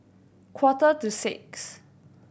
quarter to six